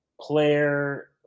Player